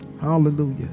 Hallelujah